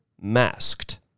masked